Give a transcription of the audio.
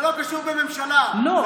זה לא קשור בממשלה, זה קשור למה קורה.